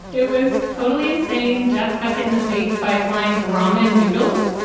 it was totally insane. jeff. got hit in the face by flying ramen noodles,